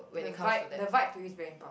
the vibe the vibe to you is very important right